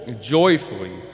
joyfully